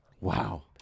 Wow